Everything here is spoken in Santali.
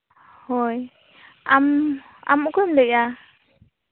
ᱦᱳᱭ ᱟᱢ ᱟᱢ ᱚᱠᱚᱭᱮᱢ ᱞᱟᱹᱭᱮᱫᱼᱟ